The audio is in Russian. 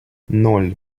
ноль